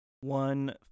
one